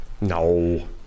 No